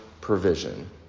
provision